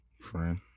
Friend